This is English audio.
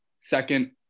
second